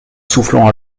soufflant